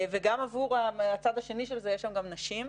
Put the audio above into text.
וגם עבור הצד השני של זה, יש שם גם נשים.